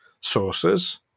sources